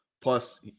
Plus